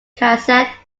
cassette